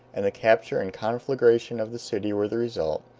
and the capture and conflagration of the city were the result,